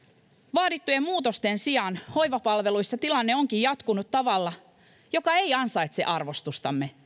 vaadittujen muutosten sijaan hoivapalveluissa tilanne onkin tietyissä paikoissa jatkunut tavalla joka ei ansaitse arvostustamme